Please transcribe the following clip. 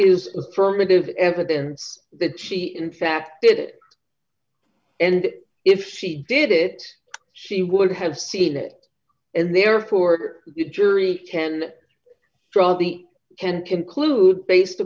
is affirmative evidence that she in fact did it and if she did it she would have seen it and therefore the jury can draw the and conclude based